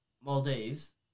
Maldives